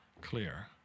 clear